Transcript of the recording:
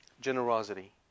Generosity